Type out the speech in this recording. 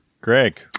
Greg